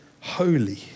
holy